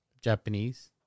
Japanese